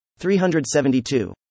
372